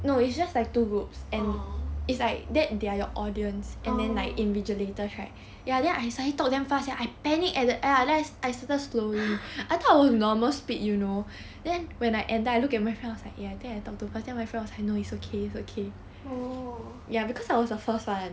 orh oh oh